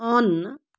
on